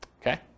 Okay